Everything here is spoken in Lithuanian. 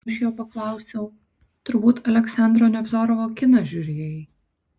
aš jo paklausiau turbūt aleksandro nevzorovo kiną žiūrėjai